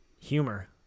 humor